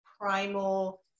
primal